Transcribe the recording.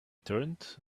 turned